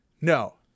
no